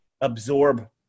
absorb